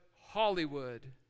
Hollywood